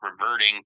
reverting